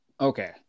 Okay